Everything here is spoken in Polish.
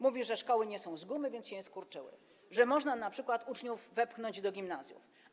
Mówi, że szkoły nie są z gumy, więc się nie skurczyły, że można np. uczniów wepchnąć do gimnazjum.